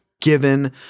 given